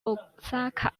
osaka